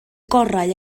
gorau